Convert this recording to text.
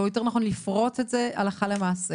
או יותר נכון לפרוט את זה הלכה למעשה,